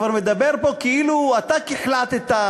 אתה כבר מדבר פה כאילו אתה החלטת,